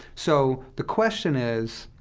so the question is,